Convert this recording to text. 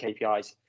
KPIs